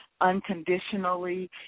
unconditionally